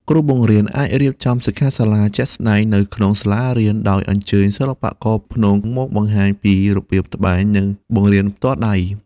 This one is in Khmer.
គ្រូបង្រៀនអាចរៀបចំសិក្ខាសាលាជាក់ស្តែងនៅក្នុងសាលារៀន ដោយអញ្ជើញសិល្បករព្នងមកបង្ហាញពីរបៀបត្បាញនិងបង្រៀនផ្ទាល់ដៃ។